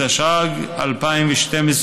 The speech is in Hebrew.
התשע"ג 2012,